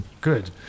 Good